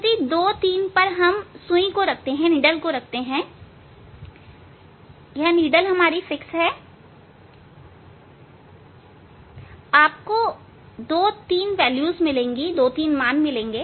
स्थिति 2 3 पर सुई को रखे वह स्थिर है आपको 23 मान मिलेंगे